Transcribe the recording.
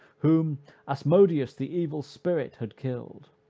whom asmodeus the evil spirit had killed.